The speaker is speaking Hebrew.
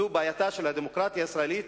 זו בעייתה של הדמוקרטיה הישראלית,